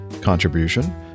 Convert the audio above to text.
contribution